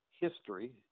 history